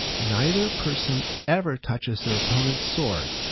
neither person ever touches their opponent's sword.